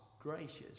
gracious